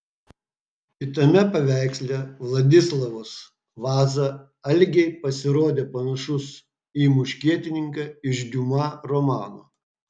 kitame paveiksle vladislovas vaza algei pasirodė panašus į muškietininką iš diuma romano